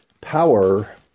Power